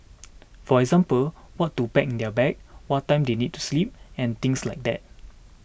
for example what to pack in their bag what time they need to sleep and things like that